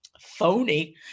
phony